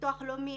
ביטוח לאומי.